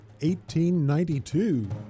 1892